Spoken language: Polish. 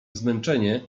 zmęczenie